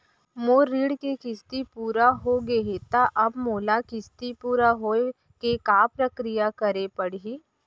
मोर ऋण के किस्ती पूरा होगे हे ता अब मोला किस्ती पूरा होए के का प्रक्रिया करे पड़ही?